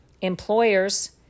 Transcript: employers